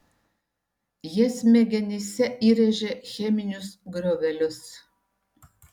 jie smegenyse įrėžia cheminius griovelius